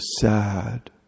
sad